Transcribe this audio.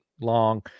long